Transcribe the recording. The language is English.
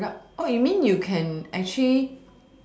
product oh you mean you can actually